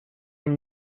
from